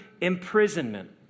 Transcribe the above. imprisonment